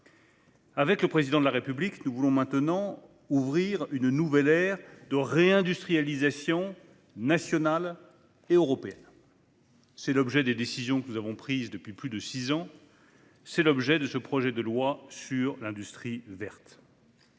Avec le Président de la République, nous voulons maintenant ouvrir une nouvelle ère de réindustrialisation nationale et européenne : c'est l'objet des décisions que nous avons prises depuis plus de six ans ; c'est l'objet de ce projet de loi sur l'industrie verte.